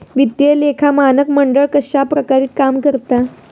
वित्तीय लेखा मानक मंडळ कश्या प्रकारे काम करता?